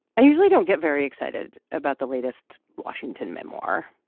i usually don't get very excited about the latest washington memoir.